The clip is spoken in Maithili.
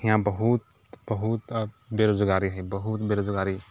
हियाँ बहुत बहुत बेरोजगारी हय बहुत बेरोजगारी